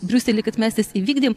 briusely kad mes jas įvykdėm